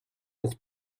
pour